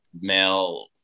male